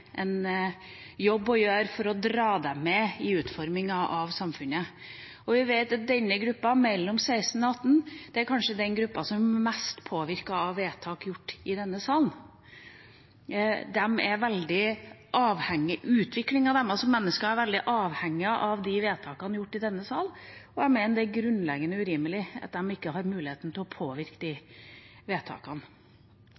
jobb å gjøre for å dra dem med i utformingen av samfunnet. Vi vet at gruppen mellom 16 og 18 år kanskje er den gruppen som mest er påvirket av vedtak gjort i denne salen. Deres utvikling som mennesker er veldig avhengig av vedtakene gjort i denne salen, og jeg mener det er grunnleggende urimelig at de ikke har muligheten til å påvirke de